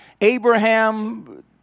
Abraham